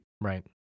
Right